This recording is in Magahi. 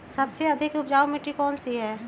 सबसे अधिक उपजाऊ मिट्टी कौन सी हैं?